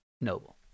Noble